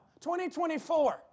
2024